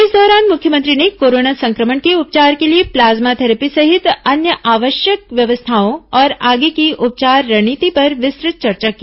इस दौरान मुख्यमंत्री ने कोरोना संक्रमण के उपचार के लिए प्लाज्मा थैरेपी सहित अन्य आवश्यक व्यवस्थाओं और आगे की उपचार रणनीति पर विस्तृत चर्चा की